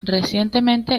recientemente